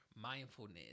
mindfulness